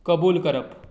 कबूल करप